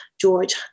George